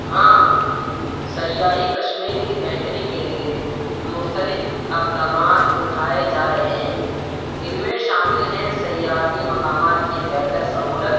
ہاں سیاحی کشمیر کی بہتری کے لیے مختلف اقدامات اٹھائے جا رہے ہیں ان میں شامل ہیں سیاحتی مقامات کی بہتر سہولت